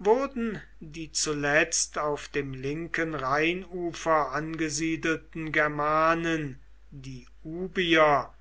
wurden die zuletzt auf dem linken rheinufer angesiedelten germanen die ubier